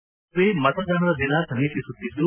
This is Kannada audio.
ಈ ನಡುವೆ ಮತದಾನದ ದಿನ ಸಮೀಪಿಸುತ್ತಿದ್ದು